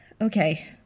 Okay